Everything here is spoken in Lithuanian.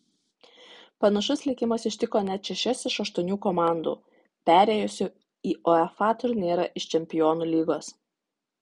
panašus likimas ištiko net šešias iš aštuonių komandų perėjusių į uefa turnyrą iš čempionų lygos